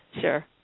Sure